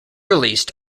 released